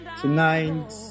Tonight